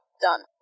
done